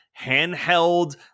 handheld